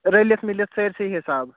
رٔلِتھ مِلِتھ سٲرۍسی حساب